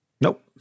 Nope